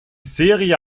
serie